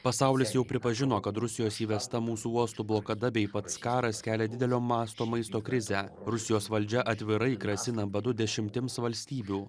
pasaulis jau pripažino kad rusijos įvesta mūsų uostų blokada bei pats karas kelia didelio masto maisto krizę rusijos valdžia atvirai grasina badu dešimtims valstybių